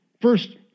First